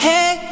Hey